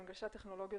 הנגשת טכנולוגיות